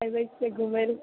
अबैछियै घुमय लए